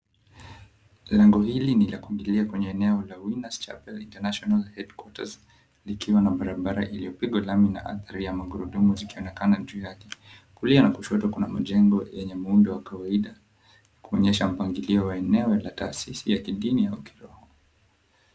Lango ni lakungilia eneo la, Winners Chapel International Headquarters, likiwa na barabara iliopigwa rangi na athari ya magurudumu zikionekana juu yake. Kulia na kushoto kuna majego ya kawaida kuonyesha mpagilio wa eneo la tasisi ya kidini au kiroho.